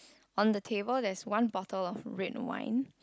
on the table there's one bottle of red wine